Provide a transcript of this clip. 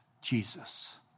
Jesus